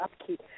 upkeep